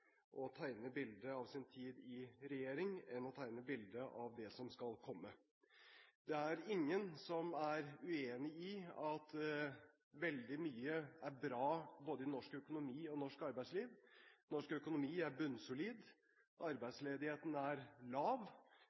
å tegne bildet av sin tid i regjering enn å tegne et bilde av det som skal komme. Det er ingen som er uenig i at veldig mye er bra både i norsk økonomi og i norsk arbeidsliv. Norsk økonomi er bunnsolid. Arbeidsledigheten er lav,